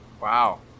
Wow